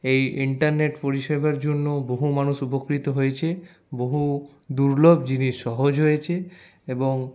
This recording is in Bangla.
এই ইন্টারনেট পরিষেবার জন্য বহু মানুষ উপকৃত হয়েছে বহু দূর্লভ জিনিস সহজ হয়েছে এবং